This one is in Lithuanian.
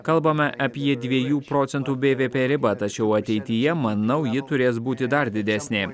kalbame apie dviejų procentų bvp ribą tačiau ateityje manau ji turės būti dar didesnė